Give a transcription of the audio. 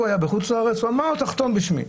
הוא היה בחו"ל והוא אמר לו: תחתום בשמי.